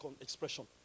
expression